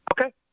Okay